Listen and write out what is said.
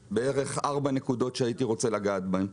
ויש בערך ארבע נקודות שהייתי רוצה לגעת בהן.